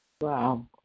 wow